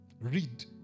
read